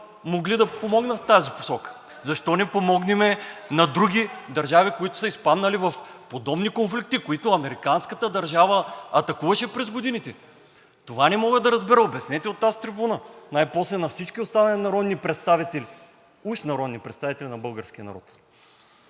и реплики от ДПС.) Защо не помогнем на други държави, които са изпаднали в подобни конфликти, които американската държава атакуваше през годините? Това не мога да разбера?! Обяснете от тази трибуна най-после на всички останали народни представители. Уж народни представители на българския народ!